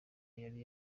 yari